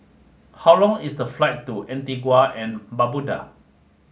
how long is the flight to Antigua and Barbuda